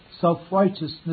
self-righteousness